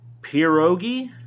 pierogi